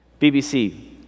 BBC